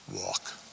walk